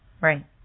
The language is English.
Right